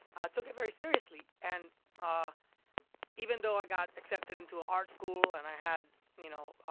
i took it very seriously. and ah even though i got accepted into ah art school and i had, you know,